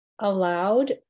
allowed